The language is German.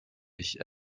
ich